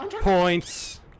points